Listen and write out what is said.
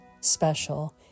special